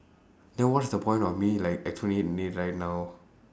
then what's the point of me like explaining it right now